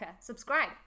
subscribe